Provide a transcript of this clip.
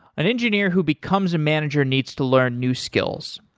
an engineer who becomes a manager needs to learn new skills.